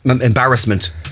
embarrassment